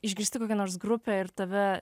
išgirsti kokią nors grupę ir tave